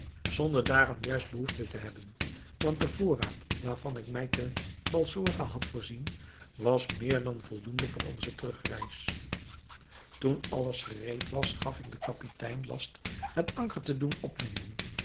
zonder daaraan juist behoefte te hebben want de voorraad waarvan ik mij te balsora had voorzien was meer dan voldoende voor onze terugreis toen alles gereed was gaf ik den kapitein last het anker te doen opwinden